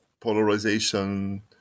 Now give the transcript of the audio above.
polarization